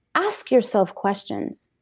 ask yourself questions.